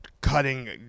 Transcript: cutting